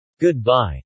Goodbye